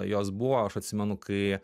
jos buvo aš atsimenu kai